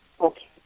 Okay